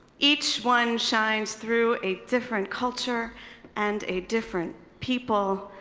each one shines through a different culture and a different people,